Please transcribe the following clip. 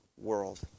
world